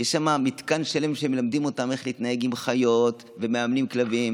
יש שם מתקן שלם שמלמדים אותם איך להתנהג עם חיות ומאמנים כלבים.